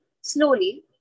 Slowly